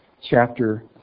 Chapter